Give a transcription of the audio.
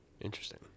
Interesting